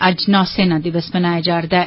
अज्ज नौसेना दिवस मनाया जा'रदा ऐ